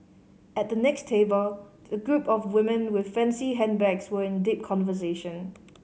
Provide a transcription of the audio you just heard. at the next table a group of women with fancy handbags were in deep conversation